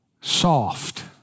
soft